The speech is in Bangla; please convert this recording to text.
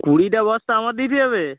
কুড়িটা বস্তা আমার দিতে হবে